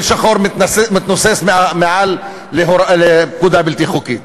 שחור מתנוסס מעל לפקודה בלתי חוקית.